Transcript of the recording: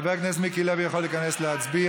חבר הכנסת מיקי לוי יכול להיכנס להצביע.